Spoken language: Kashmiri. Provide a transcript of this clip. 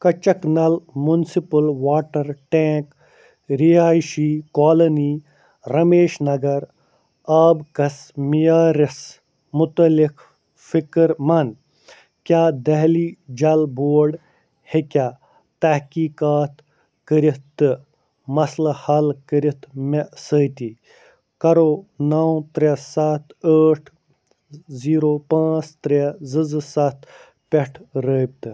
کچَک نل میٛونسپٕل واٹر ٹینٛک رہٲیشی کالونی رمیش نگر آب کِس معیارس متعلق فکر منٛد کیٛاہ دہلی جل بورڈ ہیٚکیٛاہ تحقیٖقات کٔرتھ تہٕ مسلہٕ حل کٔرتھ مےٚ سۭتی کٔرو نَو ترٛےٚ سَتھ ٲٹھ زیٖرو پانٛژھ ترٛےٚ زٕ زٕ سَتھ پؠٹھ رٲبطہٕ